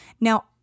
Now